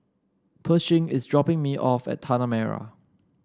Pershing is dropping me off at Tanah Merah